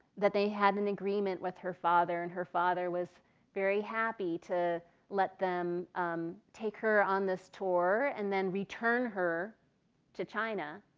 that they had an agreement with her father and her father was very happy to let them um take her on this tour and return her to china.